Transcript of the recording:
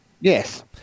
Yes